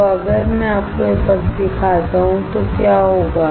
तो अगर मैं आपको यह पक्ष दिखाता हूं तो क्या होगा